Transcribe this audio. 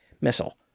missile